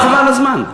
אבל חבל על הזמן.